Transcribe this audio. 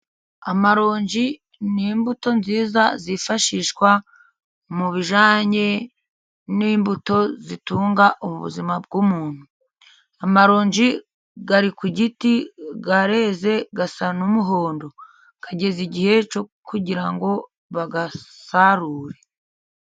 Amaronji n'imbuto nziza zifashishwa mu bijanye n'imbuto zitunga ubuzima bw'umuntu. Amaronji yari ku giti yareze yasana n'umuhondo yageza igihe cyo kugira ngo bayasarure.